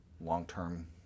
long-term